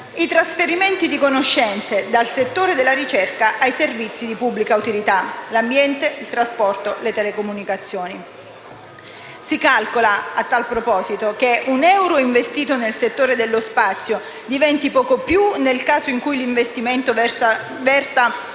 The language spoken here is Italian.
i trasferimenti di conoscenze dal settore della ricerca ai servizi di pubblica utilità (ambiente, trasporto, telecomunicazioni). Si calcola, a tal proposito, che un euro investito nel settore dello spazio diventi poco più nel caso in cui l'investimento verta